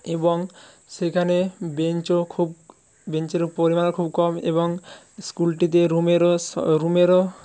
এবং সেখানে বেঞ্চও খুব বেঞ্চেরও পরিমাণও খুব কম এবং স্কুলটিতে রুমেরও স রুমেরও